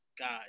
God